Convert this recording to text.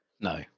No